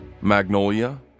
Magnolia